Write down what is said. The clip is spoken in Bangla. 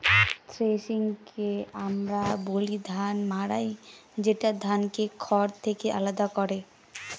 থ্রেশিংকে আমরা বলি ধান মাড়াই যেটা ধানকে খড় থেকে আলাদা করে